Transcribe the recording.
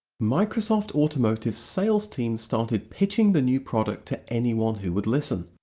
microsoft automotive's sales team started pitching the new product to anyone who would listen.